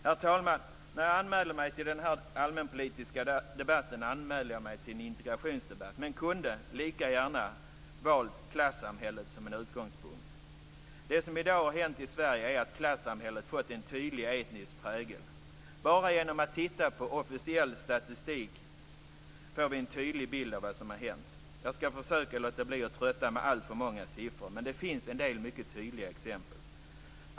Herr talman! När jag anmälde mig till den här allmänpolitiska debatten anmälde jag mig till en integrationsdebatt men kunde lika gärna ha valt klasssamhället som en utgångspunkt. Det som i dag har hänt i Sverige är att klassamhället har fått en tydlig etnisk prägel. Bara genom att titta på officiell statistik får vi en tydlig bild av vad som hänt. Jag skall försöka låta bli att trötta kammaren med alltför många siffror, men det finns en del mycket tydliga exempel.